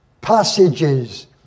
passages